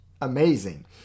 amazing